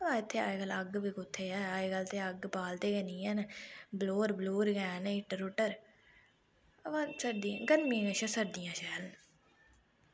अवा इत्थै अज्जकल अग्ग बी कुत्थै ऐ अज्जकल ते अग्ग बालदे गै नी हैन बलोर बलूर गै न हीटर हूटर अवा सर्दियें गर्मियें कशा सर्दियां शैल न